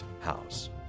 house